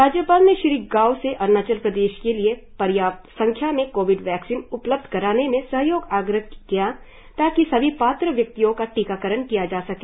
राज्यपाल ने श्री गाव से अरुणाचल प्रदेश के लिए पर्याप्त संख्या में कोविड वैक्सीन उपलब्ध कराने में सहयोग आग्रह किया ताकि सभी पात्र व्यक्तियों का टीकाकरण किया जा सके